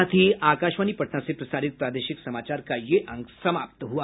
इसके साथ ही आकाशवाणी पटना से प्रसारित प्रादेशिक समाचार का ये अंक समाप्त हुआ